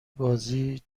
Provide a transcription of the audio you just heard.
بازی